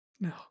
No